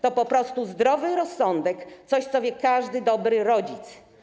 To po prostu zdrowy rozsądek, coś, o czym wie każdy dobry rodzic.